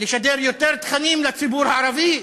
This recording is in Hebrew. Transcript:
לשדר יותר תכנים לציבור הערבי?